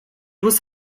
was